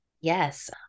Yes